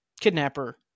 kidnapper